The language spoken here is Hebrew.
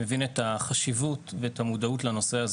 מבין את החשיבות ואת המודעות לנושא הזה.